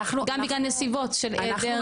גם בגלל נסיבות שך העדר